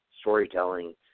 storytelling